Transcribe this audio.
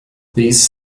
these